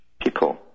people